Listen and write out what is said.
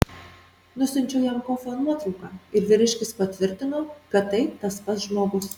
nusiunčiau jam kofio nuotrauką ir vyriškis patvirtino kad tai tas pats žmogus